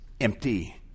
empty